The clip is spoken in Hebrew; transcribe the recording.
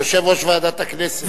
יושב-ראש ועדת הכנסת.